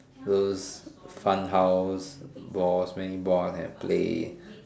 those fun house boss maybe boss can play